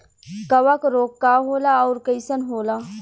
कवक रोग का होला अउर कईसन होला?